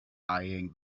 eyeing